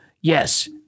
yes